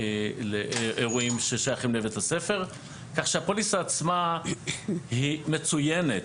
לאירועים ששייכים לבית הספר כך שהפוליסה עצמה היא מצוינת,